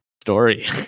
story